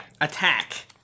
Attack